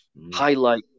highlight